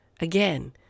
Again